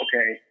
okay